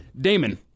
Damon